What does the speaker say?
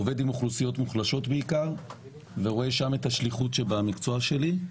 עובד בעיקר עם אוכלוסיות מוחלשות ורואה שם את השליחות המקצועית שלי.